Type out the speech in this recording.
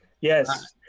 Yes